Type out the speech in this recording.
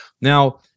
Now